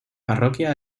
parroquia